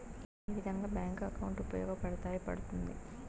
ఏ విధంగా bank account ఉపయోగపడతాయి పడ్తుంది